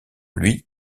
lui